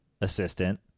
assistant